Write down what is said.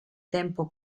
tempo